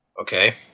okay